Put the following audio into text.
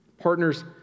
Partners